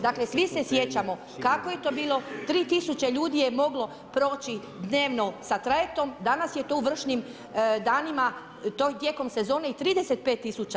Dakle, svi se sjećamo, kako je to bilo, 3000 ljudi je moglo proći dnevno sa trajektom, danas je to u vršnim danima, tijekom sezone i 35000.